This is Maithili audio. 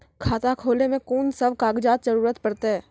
खाता खोलै मे कून सब कागजात जरूरत परतै?